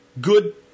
good